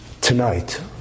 Tonight